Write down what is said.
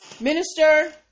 minister